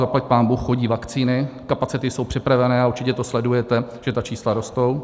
Zaplať pánbůh, chodí vakcíny, kapacity jsou připravené a určitě sledujete, že ta čísla rostou.